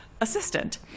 assistant